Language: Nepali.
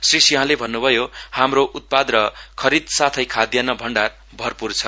श्री सिंहले भन्नुभयोहाम्रो उत्पाद र खरीद साथै खाधान्न भण्डार भरपूर छ